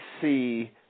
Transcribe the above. see